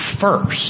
first